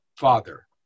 father